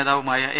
നേതാവുമായ എ